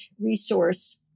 resource